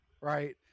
right